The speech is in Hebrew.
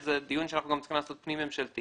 זה גם דיון שאנחנו צריכים לעשות פנים ממשלתי